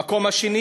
במקום השני